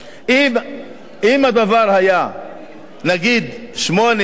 אם הדבר היה נגיד שבע,